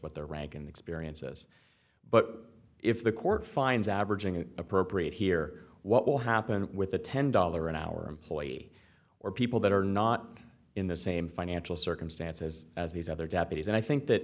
what their rank and experiences but if the court finds averaging is appropriate here what will happen with a ten dollar an hour employee or people that are not in the same financial circumstances as these other deputies and i think that